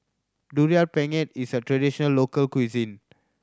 Durian Pengat is a traditional local cuisine